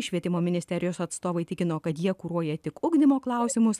švietimo ministerijos atstovai tikino kad jie kuruoja tik ugdymo klausimus